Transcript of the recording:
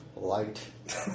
Light